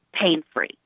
pain-free